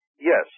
yes